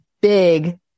big